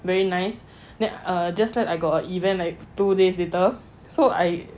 very nice then err just nice I got a event like two days later so I